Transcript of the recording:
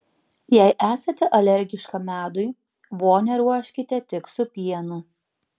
jei esate alergiška medui vonią ruoškite tik su pienu